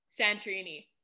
santorini